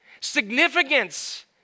significance